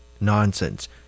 Nonsense